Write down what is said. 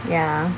ya